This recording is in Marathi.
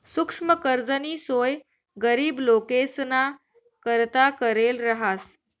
सुक्ष्म कर्जनी सोय गरीब लोकेसना करता करेल रहास